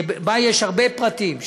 שבה יש הרבה פרטים,